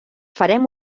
farem